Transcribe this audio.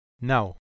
Now